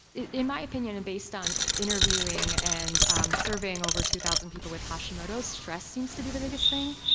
in my opinion, based on interviewing and um serving over two thousand people with hashimoto's stress seems to be the biggest thing.